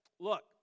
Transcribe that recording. Look